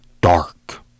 dark